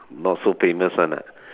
not so famous one lah